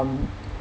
um